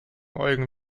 eugen